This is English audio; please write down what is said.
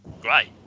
great